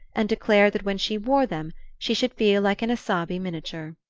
and declared that when she wore them she should feel like an isabey miniature.